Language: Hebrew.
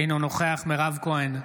אינו נוכח מירב כהן,